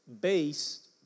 based